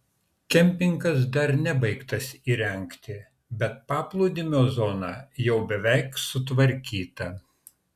kempingas dar nebaigtas įrengti bet paplūdimio zona jau beveik sutvarkyta